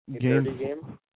Game